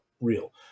real